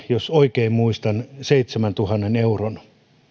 jos oikein muistan keskimäärin noin seitsemäntuhannen euron